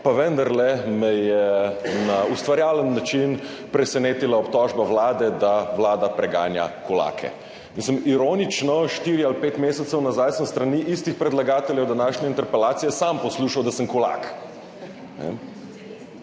pa vendarle me je na ustvarjalen način presenetila obtožba, da vlada preganja kulake. Mislim, ironično, štiri ali pet mesecev nazaj sem s strani istih predlagateljev današnje interpelacije sam poslušal, da sem kulak.